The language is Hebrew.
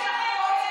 שיקנו מטוס ויטוסו בו.